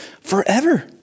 forever